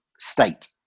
state